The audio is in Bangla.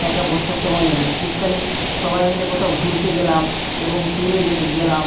একা একা বস থাকতে শীতকালে সবাই মিলে কোথাও ঘুরতে গেলাম এবং ট্যুরে গেলাম